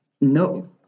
no